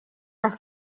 как